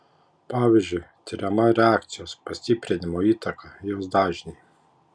pavyzdžiui tiriama reakcijos pastiprinimo įtaka jos dažniui